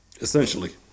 Essentially